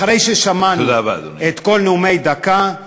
אחרי ששמענו את כל הנאומים בני דקה,